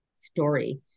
story